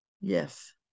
yes